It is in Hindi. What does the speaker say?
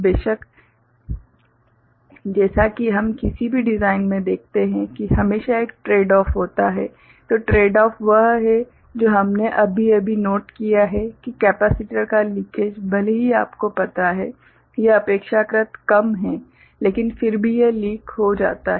बेशक जैसा कि हम किसी भी डिज़ाइन में देखते हैं कि हमेशा एक ट्रेडऑफ़ होता है ट्रेडऑफ़ वह है जो हमने अभी अभी नोट किया है कि केपेसिटर का लीकेज भले ही आपको पता हैं यह अपेक्षाकृत कम है लेकिन फिर भी यह लीक हो जाता है